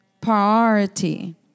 priority